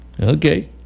Okay